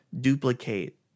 duplicate